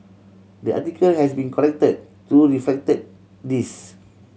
the article has been corrected to reflect this